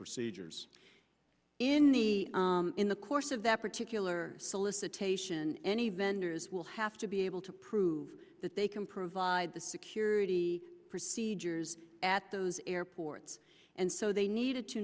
procedures in the in the course of that particular solicitation any vendors will have to be able to prove that they can provide the security procedures at those airports and so they needed to